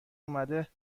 اومده